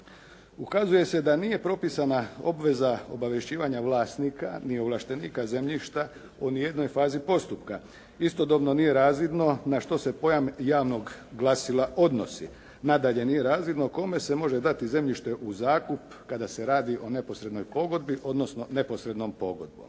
ukazuje se da nije propisana obveza obavješćivanja vlasnika ni ovlaštenika zemljišta o nijednoj fazi postupka. Istodobno nije razvidno na što se pojam javnog glasila odnosi. Nadalje nije razvidno kome se može dati zemljište u zakup kada se radi o neposrednoj pogodbi, odnosno neposrednom pogodbom.